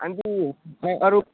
अनि चाहिँ खै अरू